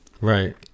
Right